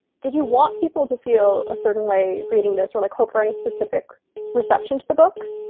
did you want people to feel a certain way reading this or like hope for any specific reception to the book,